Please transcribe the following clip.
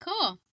Cool